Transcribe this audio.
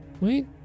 wait